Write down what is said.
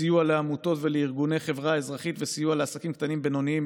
סיוע לעמותות וארגוני חברה אזרחית וסיוע לעסקים קטנים ובינוניים,